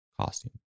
costume